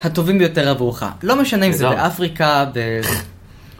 הטובים ביותר עבורך. לא משנה אם זה באפריקה, באיזה...